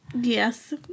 Yes